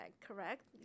correct